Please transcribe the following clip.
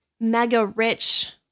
mega-rich